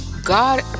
god